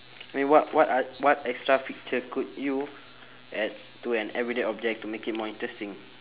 I mean what what a~ what extra feature could you add to an everyday object to make it more interesting